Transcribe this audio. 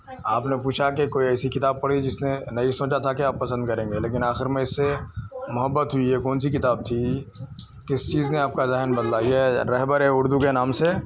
آپ نے پوچھا کہ کوئی ایسی کتاب پڑھی جس نے نہیں سوچا تھا کہ آپ پسند کریں گے لیکن آخر میں اس سے محبت ہوئی ہے کون سی کتاب تھی کس چیز نے آپ کا ذہن بدلا یہ رہبر اردو کے نام سے